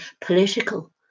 political